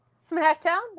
SmackDown